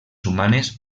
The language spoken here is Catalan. humanes